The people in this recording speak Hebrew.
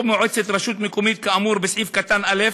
או מועצת רשות מקומית כאמור בסעיף קטן (א),